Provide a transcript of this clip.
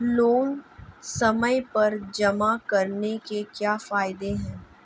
Loan समय पर जमा कराने के क्या फायदे हैं?